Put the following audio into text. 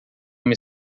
uma